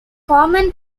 common